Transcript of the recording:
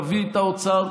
תביא את האוצר,